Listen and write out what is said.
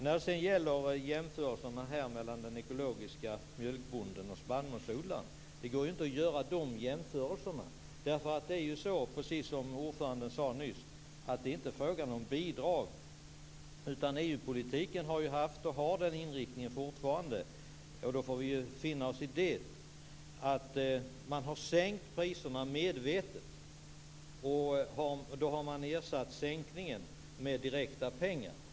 När det gäller jämförelsen mellan den ekologiska mjölkbonden och den konventionella spannmålsodlaren går det inte att göra en sådan jämförelse. Precis som ordföranden nyss sade är det inte fråga om bidrag. EU-politiken har haft och har fortfarande den inriktningen - och det får vi finna oss i - att man medvetet har sänkt priserna, och sedan har denna sänkning ersatts med direkta pengar.